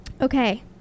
Okay